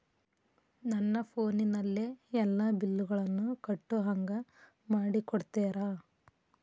ನನ್ನ ಫೋನಿನಲ್ಲೇ ಎಲ್ಲಾ ಬಿಲ್ಲುಗಳನ್ನೂ ಕಟ್ಟೋ ಹಂಗ ಮಾಡಿಕೊಡ್ತೇರಾ?